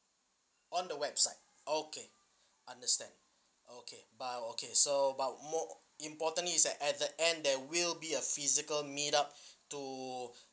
on the website okay understand okay but okay so but more importantly is that at the end there will be a physical meet up to